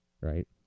right